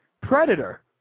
Predator